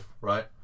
right